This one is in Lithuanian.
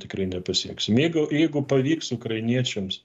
tikrai nepasieksim jeigu jeigu pavyks ukrainiečiams